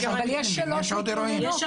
אבל יש שלוש מתלוננות.